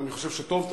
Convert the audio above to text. ואני חושב שטוב תעשה,